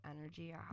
energy